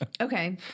Okay